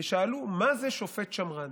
ושאלו: מה זה שופט שמרן?